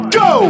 go